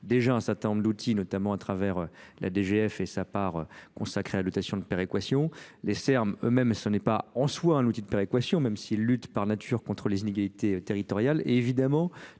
déjà un certain nombre d'outils, notamment à travers la D G F et sa part consacrée à la notation de péréquation les Serbes eux mêmes ce n'est pas en soi un outil de péréquation, même s'ils luttent par nature contre les inégalités territoriales et évidemment